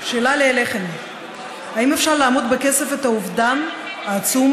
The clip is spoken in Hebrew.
שאלה לי אליכם: האם אפשר לאמוד בכסף את האובדן העצום